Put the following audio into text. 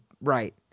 Right